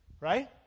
Right